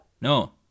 No